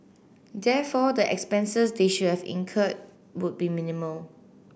therefore the expenses they should have incurred would be minimal